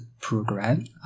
program